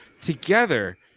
together